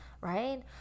right